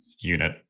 unit